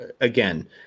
again